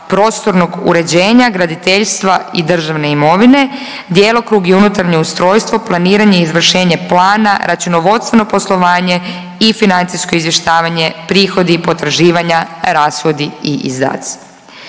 prostornog uređenja, graditeljstva i državne imovine, djelokrug i unutarnje ustrojstvo, planiranje i izvršenje plana, računovodstveno poslovanje i financijsko izvještavanje prihodi i potraživanja, rashodi i izdaci.